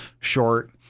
short